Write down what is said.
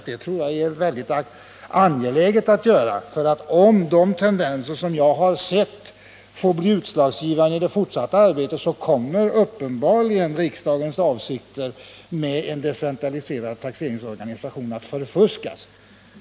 Det tror jag är mycket angeläget att göra, för om de tendenser som jag har sett får bli utslagsgivande i det fortsatta arbetet kommer uppenbarligen riksdagens avsikter med en decentraliserad taxeringsorganisation att förfuskas.